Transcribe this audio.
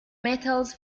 metals